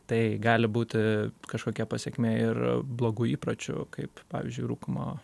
tai gali būti kažkokia pasekmė ir blogų įpročių kaip pavyzdžiui rūkymo